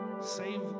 save